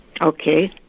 Okay